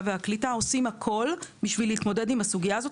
והקליטה עושים הכול בשביל להתמודד עם הסוגיה הזו,